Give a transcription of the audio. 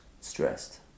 stressed